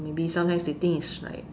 maybe sometimes they think is like